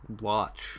watch